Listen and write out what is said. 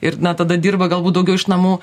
ir na tada dirba galbūt daugiau iš namų